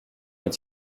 nous